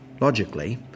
logically